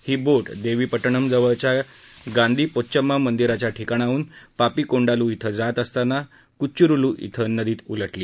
ही boat Devipatnam जवळच्या गांदी पोच्चम्मा मंदिराच्या ठिकाणाहून पापीकोंडालू श्विं जात असताना कच्चुरुल् खें नदीत उलटली